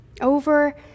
Over